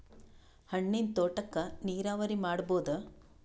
ಹಣ್ಣಿನ್ ತೋಟಕ್ಕ ನೀರಾವರಿ ಮಾಡಬೋದ?